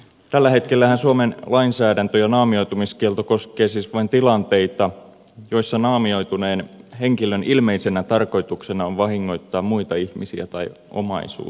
tällä hetkellähän suomen lainsäädäntö ja naamioitumiskielto koskevat siis vain tilanteita joissa naamioituneen henkilön ilmeisenä tarkoituksena on vahingoittaa muita ihmisiä tai omaisuutta